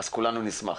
כולנו נשמח